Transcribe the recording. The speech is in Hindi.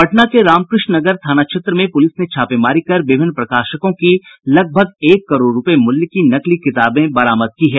पटना के रामकृष्ण नगर थाना क्षेत्र में पुलिस ने छापेमारी कर विभिन्न प्रकाशकों की लगभग एक करोड़ रूपये मूल्य की नकली किताबें बरामद की है